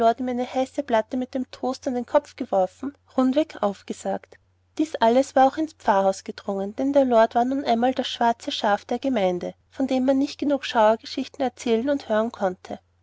die heiße platte mit dem toast an den kopf geworfen rundweg aufgesagt dies alles war auch ins pfarrhaus gedrungen denn der lord war nun einmal das schwarze schaf in der gemeinde von dem man nicht genug schauergeschichten erzählen und hören konnte